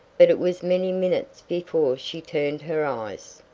but it was many minutes before she turned her eyes,